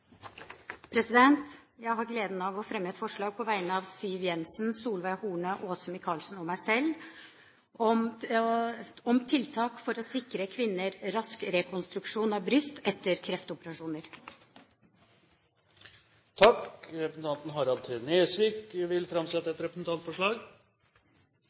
Jeg har gleden av å fremme et forslag på vegne av Siv Jensen, Solveig Horne, Åse Michaelsen og meg selv om tiltak for å sikre kvinner rask rekonstruksjon av bryst etter kreftoperasjoner. Representanten Harald T. Nesvik vil framsette